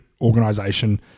organization